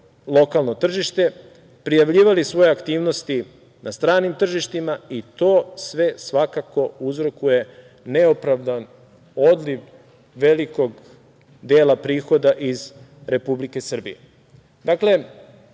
lokalno tržište, prijavljivali svoje aktivnosti na stranim tržištima i to sve svakako uzrokuje neopravdan odliv velikog dela prihoda iz Republike Srbije.